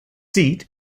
seat